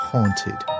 Haunted